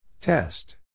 Test